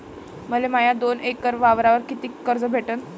मले माया दोन एकर वावरावर कितीक कर्ज भेटन?